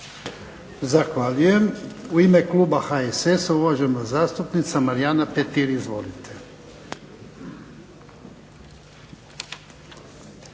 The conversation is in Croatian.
Zahvaljujem. U ime kluba HSS-a uvažena zastupnica Marijana Petir. Izvolite.